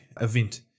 event